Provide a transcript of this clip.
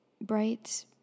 bright